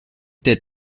der